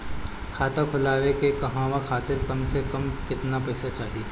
खाता खोले के कहवा खातिर कम से कम केतना पइसा चाहीं?